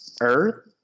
earth